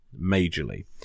majorly